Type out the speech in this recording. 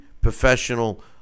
professional